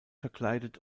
verkleidet